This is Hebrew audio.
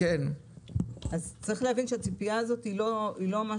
זה לא קיים.